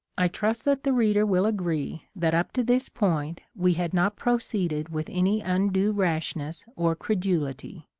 i trust that the reader will agree that up to this point we had not proceeded with any undue rashness or credulity,